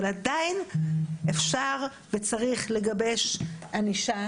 עדיין אפשר וצריך לגבש ענישה